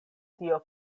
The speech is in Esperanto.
tio